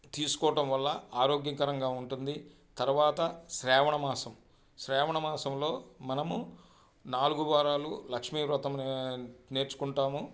తీసుకోటం వల్ల ఆరోగ్యకరంగా ఉంటుంది తర్వాత శ్రావణ మాసం శ్రావణ మాసంలో మనము నాలుగు వారాలు లక్ష్మీ వ్రతం నేర్చుకుంటాము